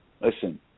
listen